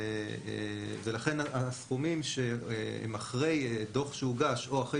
לכן הסכומים שהם אחרי דוח שהוגש או אחרי